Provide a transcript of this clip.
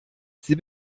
sie